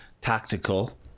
tactical